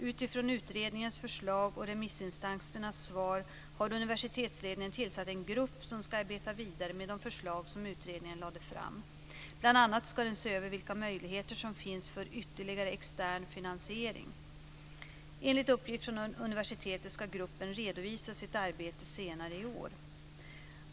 Utifrån utredningens förslag och remissinstansernas svar har universitetsledningen tillsatt en grupp som ska arbeta vidare med de förslag som utredningen lade fram. Bl.a. ska den se över vilka möjligheter som finns för ytterligare extern finansiering. Enligt uppgift från universitetet ska gruppen redovisa sitt arbete senare i år.